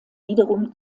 wiederum